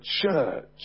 church